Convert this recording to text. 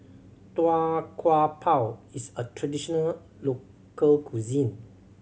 Tau Kwa Pau is a traditional local cuisine